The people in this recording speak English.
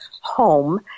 home